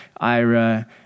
Ira